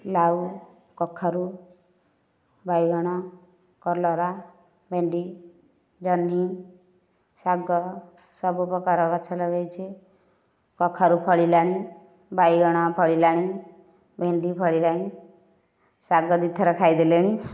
ଲାଉ କଖାରୁ ବାଇଗଣ କଲରା ଭେଣ୍ଡି ଜହ୍ନି ଶାଗ ସବୁ ପ୍ରକାରର ଗଛ ଲଗାଇଛି କଖାରୁ ଫଳିଲାଣି ବାଇଗଣ ଫଳିଲାଣି ଭେଣ୍ଡି ଫଳିଲାଣି ଶାଗ ଦି ଥର ଖାଇ ଦେଲେଣି